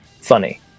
funny